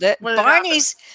Barney's